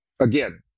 again